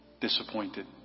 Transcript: Disappointed